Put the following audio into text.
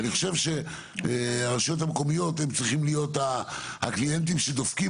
אני חושב שהרשויות המקומיות צריכים להיות הקליינטים שדופקים